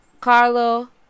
carlo